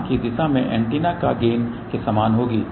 वहाँ की दिशा एंटीना के गेन के समान होगी